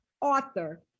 author